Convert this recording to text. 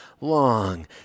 long